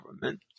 government